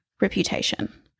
reputation